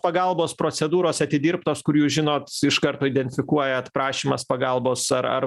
pagalbos procedūros atidirbtos kur jūs žinot iš karto identifikuojat prašymas pagalbos ar ar